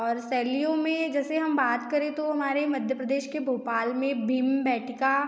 और शैलियों में जैसे हम बात करें तो हमारे मध्य प्रदेश के भोपाल में भीमबेटका